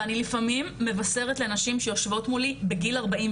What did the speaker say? ואני לפעמים מבשרת לנשים שיושבות מולי בגיל 42